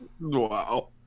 wow